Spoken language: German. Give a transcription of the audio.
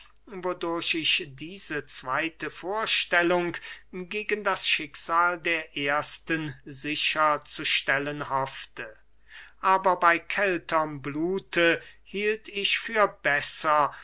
diese zweyte vorstellung gegen das schicksal der ersten sicher zu stellen hoffte aber bey kälterm blute hielt ich für besser